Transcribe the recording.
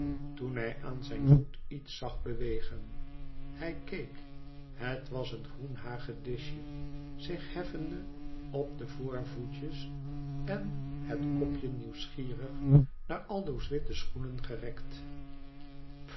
toen hij aan zijn voet iets zag bewegen hij keek het was een groen hagedisje zich heffende op de voorvoetjes en het kopje nieuwsgierig naar aldo's witten schoen gerekt